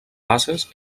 bases